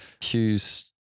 Hughes